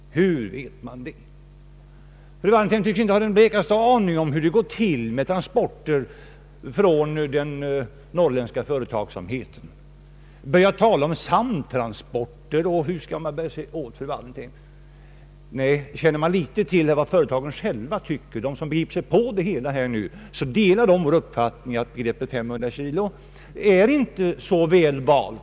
Hur vet man det? Fru Wallentheim tycks inte ha den blekaste aning om hur det går till att transportera från den norrländska företagsamheten. Hon börjar tala om samtransporter, men hur skall man bära sig åt för att ordna sådana? Känner man litet till vad företagarna själva tycker — de som begriper sig på det hela — vet man att de delar vår uppfattning att gränsen 500 kilo inte är särskilt väl vald.